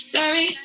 Sorry